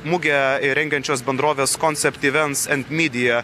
mugę rengiančios bendrovės konsept ivents end midia